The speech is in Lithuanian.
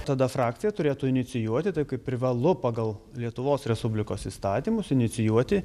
tada frakcija turėtų inicijuoti taip kaip privalu pagal lietuvos respublikos įstatymus inicijuoti